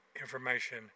information